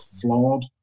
flawed